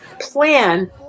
plan